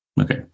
Okay